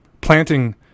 planting